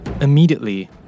Immediately